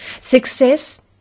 Success